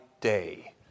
day